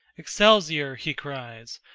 excelsior! he cries,